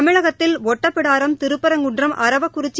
தமிழ்நாட்டில் ஒட்டப்பிடராம் திருப்பரங்குன்றம் அரவக்குறிச்சி